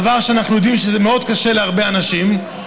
דבר שאנחנו יודעים שמאוד קשה להרבה אנשים,